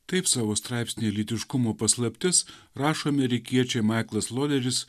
taip savo straipsny lytiškumo paslaptis rašo amerikiečiai maiklas loleris